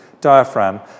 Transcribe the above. diaphragm